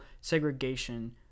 segregation